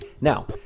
Now